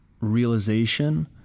realization